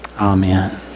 Amen